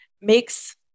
makes